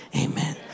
amen